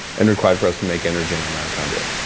and required for us to make energy in our mitochondria